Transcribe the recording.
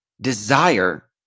desire